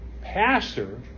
Pastor